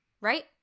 Right